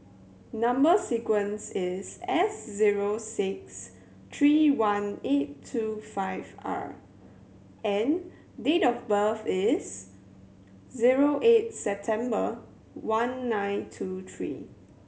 number sequence is S zero six three one eight two five R and date of birth is zero eight September one nine two three